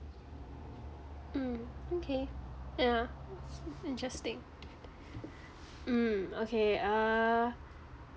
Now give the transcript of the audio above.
mm okay yeah interesting mm okay uh